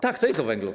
Tak, to jest o węglu.